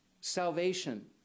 Salvation